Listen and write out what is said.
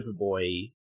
Superboy